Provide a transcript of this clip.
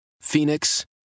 phoenix